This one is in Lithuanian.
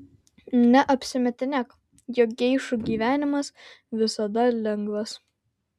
neapsimetinėk jog geišų gyvenimas visada lengvas